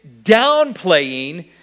downplaying